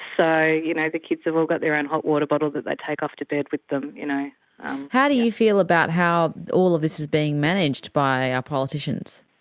you know the kids have all got their own hot water bottle that they take off to bed with them. you know how do you feel about how all of this is being managed by our politicians?